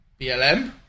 BLM